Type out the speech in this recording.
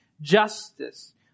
justice